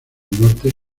norte